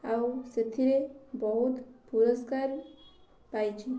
ଆଉ ସେଥିରେ ବହୁତ ପୁରସ୍କାର ପାଇଛି